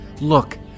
Look